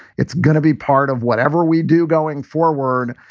it's going to be part of whatever we do going forward.